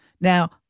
Now